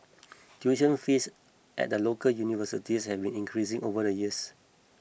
tuition fees at the local universities have been increasing over the years